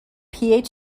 research